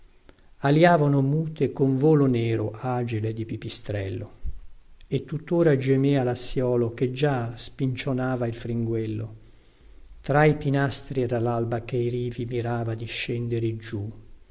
alïavano mute con volo nero agile di pipistrello e tuttora gemea lassïolo che già spincionava il fringuello tra i pinastri era lalba che i rivi mirava discendere giù